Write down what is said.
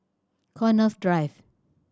Connaught's Drive